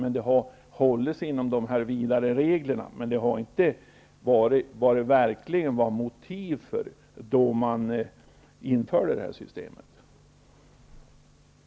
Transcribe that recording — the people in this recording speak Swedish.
Det hela har hållits inom de vida reglerna, men det har inte varit enligt de motiv som fanns då systemet infördes.